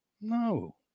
No